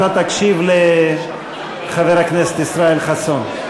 אתה תקשיב לחבר הכנסת ישראל חסון.